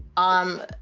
um,